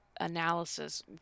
analysis